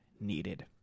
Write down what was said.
needed